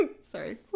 sorry